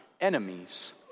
enemies